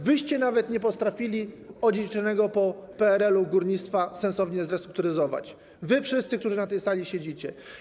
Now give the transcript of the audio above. Wyście nawet nie potrafili odziedziczonego po PRL-u górnictwa sensownie zrestrukturyzować, wy wszyscy, którzy na tej sali siedzicie.